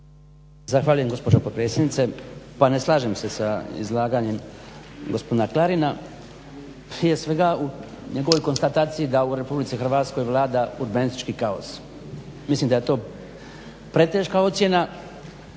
Zahvaljujem gospođo potpredsjednice. Pa ne slažem se sa izlaganjem gospodina Klarina. Prije svega u njegovoj konstataciji da u RH vlada urbanistički kaos. Mislim da je to preteška ocjena,